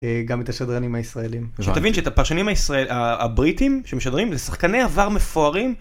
גם את השדרנים הישראלים שתבין, שאת הפרשנים הבריטים שמשדרים זה שחקני עבר מפוארים.